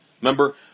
Remember